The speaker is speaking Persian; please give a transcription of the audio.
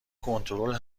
کنترل